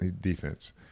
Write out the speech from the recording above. defense